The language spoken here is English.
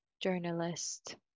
journalist